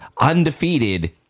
undefeated